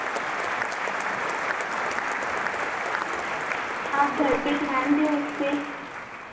आप घर पर ध्यान दें उस पर